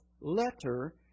letter